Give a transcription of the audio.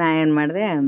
ನಾ ಏನು ಮಾಡಿದೆ